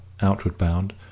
outward-bound